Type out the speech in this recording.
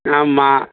ஆமாம்